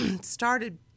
started